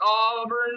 Auburn